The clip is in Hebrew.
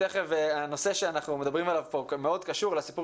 והנושא שאנחנו מדברים עליו פה מאוד קשור לסיפור